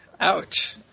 Ouch